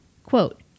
Quote